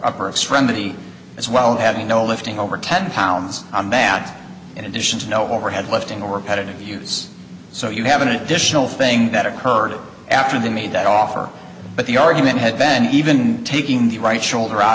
upper extremity as well had no lifting over ten pounds on bat in addition to no overhead lifting or repetitive use so you have an additional thing that occurred after they made that offer but the argument had ben even taking the right shoulder out